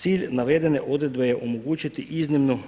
Cilj navedene odredbe je omogućiti iznimnu